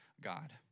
God